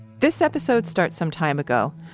this episode starts some time ago.